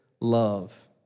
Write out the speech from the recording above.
love